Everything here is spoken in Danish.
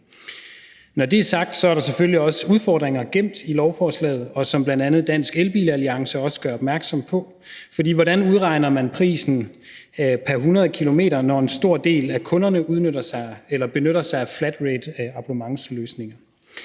Når det er sagt, er der selvfølgelig også udfordringer gemt i lovforslaget, hvilket bl.a. Dansk Elbil Alliance også gør opmærksom på, for hvordan udregner man prisen pr. 100 km, når en stor del af kunderne benytter sig af flatrateabonnementsløsninger?